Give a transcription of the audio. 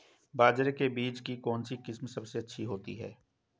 बाजरे के बीज की कौनसी किस्म सबसे अच्छी होती है?